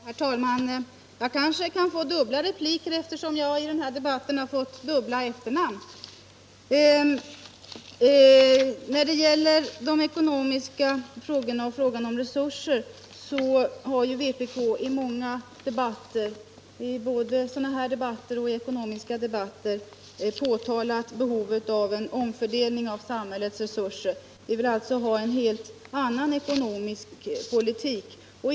Herr talman! Jag kanske kan få dubbla repliker, eftersom jag i den här debatten har fått dubbla efternamn! Vpk har många gånger både i sådana här debatter och i ekonomiska debatter påtalat behovet av eri omfördelning av samhällets resurser. Vi vill alltså ha en helt annan ekonomisk politik.